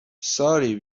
sorry